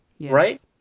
Right